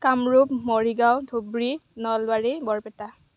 Kamrup Morigaon Dhubri Nalbari Barpeta